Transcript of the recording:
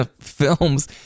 films